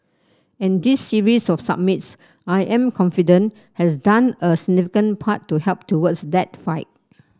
and this series of summits I am confident has done a significant part to help towards that fight